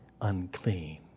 unclean